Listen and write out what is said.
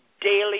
daily